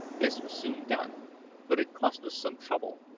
this was soon done but it cost some trouble,